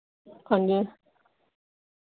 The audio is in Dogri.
हां जी